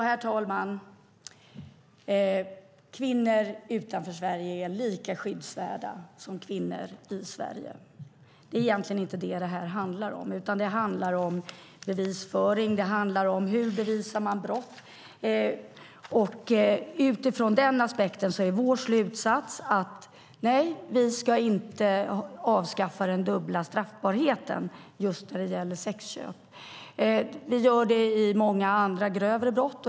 Herr talman! Kvinnor utanför Sverige är lika skyddsvärda som kvinnor i Sverige. Det är egentligen inte det som detta handlar om, utan det handlar om bevisföring och hur man bevisar brott. Utifrån denna aspekt är vår slutsats att vi inte ska avskaffa den dubbla straffbarheten just när det gäller sexköp. Vi gör det i fråga om många andra grövre brott.